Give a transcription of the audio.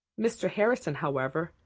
mr. harrison, however,